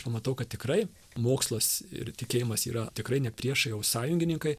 pamatau kad tikrai mokslas ir tikėjimas yra tikrai ne priešai o sąjungininkai